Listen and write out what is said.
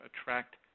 attract